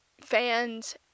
fans